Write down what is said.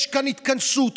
יש כאן התכנסות,